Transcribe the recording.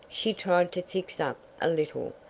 she tried to fix up a little,